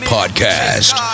Podcast